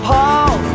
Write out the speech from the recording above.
Paul